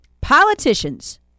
Politicians